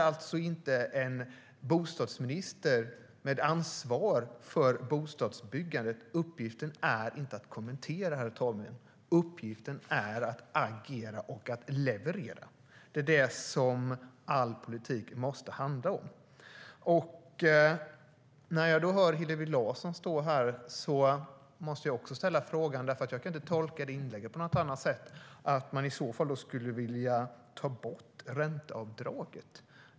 För en bostadsminister med ansvar för bostadsbyggandet är uppgiften inte att kommentera, herr talman. Uppgiften är att agera och leverera. Det är det all politik måste handla om. Vidare kan jag inte tolka Hillevi Larssons inlägg på något annat sätt än att ni vill ta bort ränteavdraget.